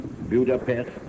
Budapest